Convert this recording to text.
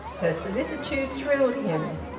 her solicitude thrilled him.